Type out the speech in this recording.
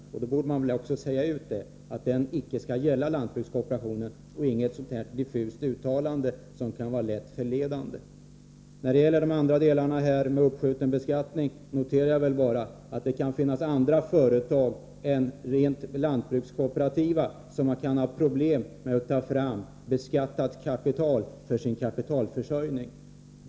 Man borde säga rent ut att den inte skall gälla lantbrukskooperationen i stället för att göra ett diffust uttalande som lätt kan vara förledande. I övrigt när det gäller den uppskjutna beskattningen noterar jag bara att det kan finnas andra företag än de rent lantbrukskooperativa som har problem med att få fram beskattat kapital för sin kapitalförsörjning.